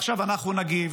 עכשיו אנחנו נגיב,